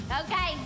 Okay